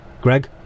Greg